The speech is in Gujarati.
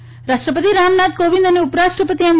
ઓણમ રાષ્ટ્રપતિ રામનાથ કોવિંદ અને ઉપરાષ્ટ્રપતિ એમ